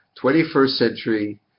21st-century